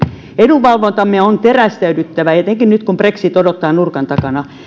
edunvalvontamme on terästäydyttävä etenkin nyt kun brexit odottaa nurkan takana